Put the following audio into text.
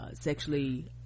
sexually